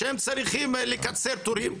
הם צריכים לקצר תורים,